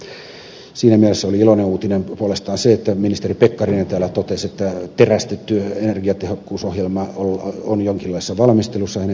siinä mielessä oli iloinen uutinen puolestaan se kun ministeri pekkarinen täällä totesi että terästetty energiatehokkuusohjelma on jonkinlaisessa valmistelussa hänen ministeriössään